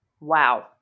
Wow